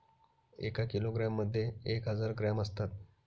एका किलोग्रॅम मध्ये एक हजार ग्रॅम असतात